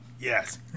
Yes